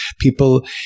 people